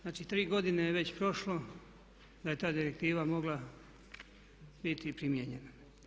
Znači tri godine je već prošlo da je ta direktiva mogla biti primijenjena.